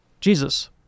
Jesus